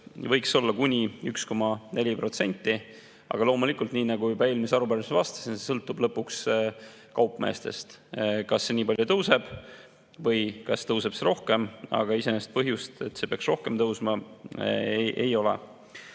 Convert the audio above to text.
võiks olla kuni 1,4%. Aga loomulikult, nii nagu ma juba eelmises arupärimises vastasin, see sõltub lõpuks kaupmeestest, kas nii palju tõuseb või kas tõuseb rohkem. Iseenesest põhjust, et see peaks rohkem tõusma, ei ole.